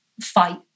fight